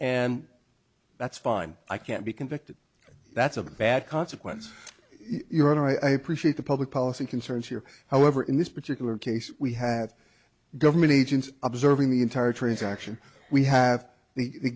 and that's fine i can't be convicted that's a bad consequence your honor i appreciate the public policy concerns here however in this particular case we have government agents observing the entire transaction we have the